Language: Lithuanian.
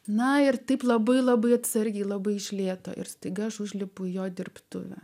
na ir taip labai labai atsargiai labai iš lėto ir staiga aš užlipu į jo dirbtuvę